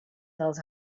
dels